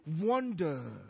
wonder